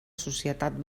societat